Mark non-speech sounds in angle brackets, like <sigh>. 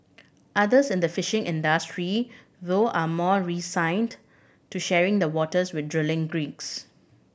others in the fishing industry though are more resigned to sharing the waters with drilling <unintelligible>